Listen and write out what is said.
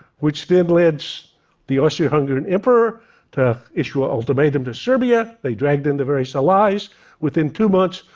which then led so the austro-hungarian emperor to issue an ultimatum to serbia, they dragged in the various allies, within two months,